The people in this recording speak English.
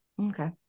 Okay